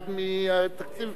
להוריד לא,